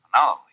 No